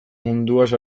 munduaz